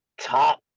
top